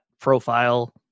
profile